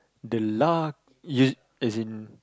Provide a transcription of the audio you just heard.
the luck it as in